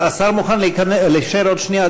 השר מוכן להישאר עוד שנייה?